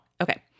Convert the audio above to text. Okay